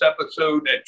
episode